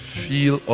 feel